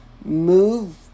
move